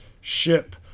ship